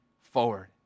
forward